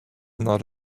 not